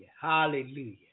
Hallelujah